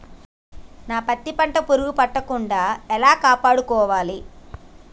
నా పత్తి పంట పురుగు పట్టకుండా ఎలా కాపాడుకోవాలి?